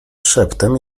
szeptem